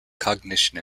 cognition